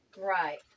Right